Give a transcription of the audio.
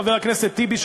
חבר הכנסת טיבי,